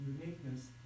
uniqueness